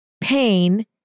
pain